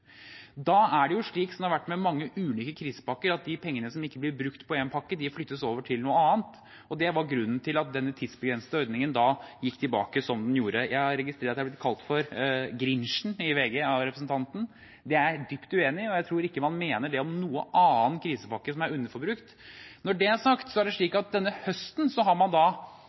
Da er det slik, som det har vært med mange ulike krisepakker, at de pengene som ikke blir brukt på en pakke, flyttes over til noe annet. Det var grunnen til at denne tidsbegrensede ordningen da gikk tilbake som den gjorde. Jeg registrerer at jeg av representanten er blitt kalt «Grinchen» i VG. Det er jeg dypt uenig i, og jeg tror ikke man mener det om noen annen krisepakke som er underforbrukt. Når det er sagt, er det slik at denne høsten har man